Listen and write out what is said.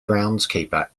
groundskeeper